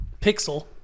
pixel